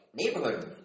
neighborhood